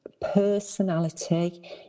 personality